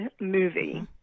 movie